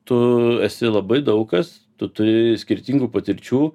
tu esi labai daug kas tu turi skirtingų patirčių